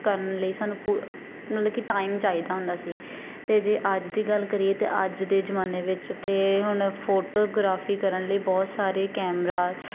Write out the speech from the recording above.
ਕਰਨ ਲਈ ਸਾਨੂੰ ਪੁ ਮਤਲਬ ਕਿ ਟਾਈਮ ਚਾਹੀਦਾ ਹੁੰਦਾ ਸੀ ਅਤੇ ਜੇ ਅੱਜ ਦੀ ਗੱਲ ਕਰੀਏ ਤਾਂ ਅੱਜ ਦੇ ਜ਼ਮਾਨੇ ਵਿੱਚ ਤਾਂ ਹੁਣ ਫੋਟੋਗ੍ਰਾਫੀ ਕਰਨ ਲਈ ਬਹੁਤ ਸਾਰੇ ਕੈਮਰਾ